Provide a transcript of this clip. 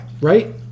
Right